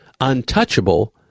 untouchable